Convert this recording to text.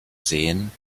sehen